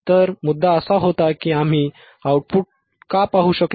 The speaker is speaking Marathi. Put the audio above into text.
तर मुद्दा असा होता की आम्ही आउटपुट का पाहू शकलो नाही